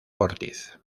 ortiz